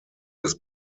des